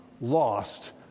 lost